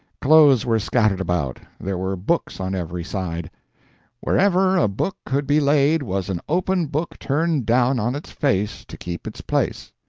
clothes were scattered about, there were books on every side wherever a book could be laid was an open book turned down on its face to keep its place.